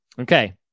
Okay